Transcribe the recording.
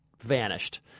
vanished